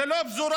זה לא פזורה,